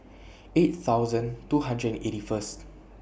eight thousand two hundred and eighty First